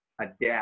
adapt